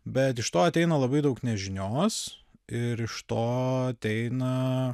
bet iš to ateina labai daug nežinios ir iš to ateina